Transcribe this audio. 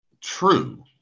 true